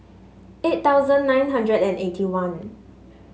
eight thousand nine hundred and eighty one